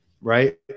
right